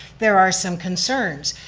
there are some concerns.